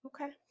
Okay